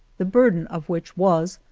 the burden of which was,